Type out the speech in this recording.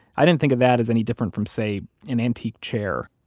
i didn't think of that as any different from, say, an antique chair.